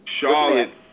Charlotte